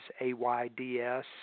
A-Y-D-S